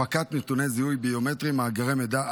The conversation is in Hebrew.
הפקת נתוני זיהוי ביומטריים ומאגר מידע,